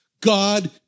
God